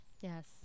Yes